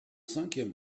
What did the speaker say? cinquième